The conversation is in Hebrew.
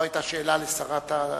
לא היתה שאלה לשרת התרבות?